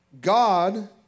God